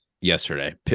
Yesterday